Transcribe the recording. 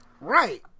Right